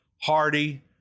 hardy